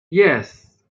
yes